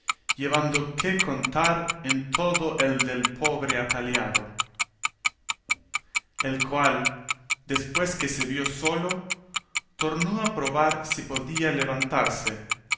llevando qué contar en todo él del pobre apaleado el cual después que se vio solo tornó a probar si podía levantarse